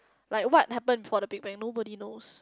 like what happened for the Big Bang nobody knows